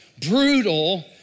brutal